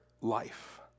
life